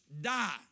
die